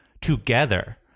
together